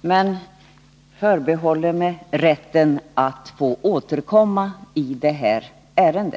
men jag förbehåller mig rätten att återkomma i det här ärendet.